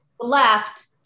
left